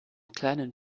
kleinen